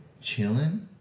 chilling